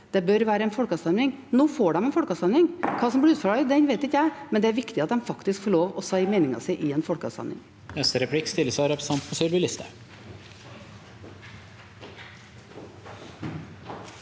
Det bør være en folkeavstemning. Nå får de en folkeavstemning. Hva som blir utfallet av den, vet ikke jeg, men det er viktig at de faktisk får lov til å si meningen sin i en folkeavstemning.